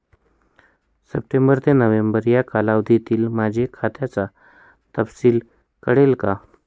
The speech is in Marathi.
सप्टेंबर ते नोव्हेंबर या कालावधीतील माझ्या खात्याचा तपशील कळेल का?